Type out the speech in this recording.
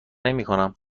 نمیکنم